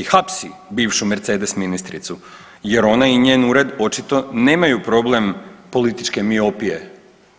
i hapsi bivšu mercedes ministricu, jer ona i njen ured očito nemaju problem političke miopije